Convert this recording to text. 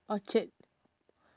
Orchard